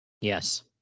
Yes